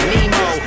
Nemo